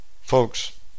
Folks